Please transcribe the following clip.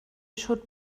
should